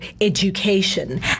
education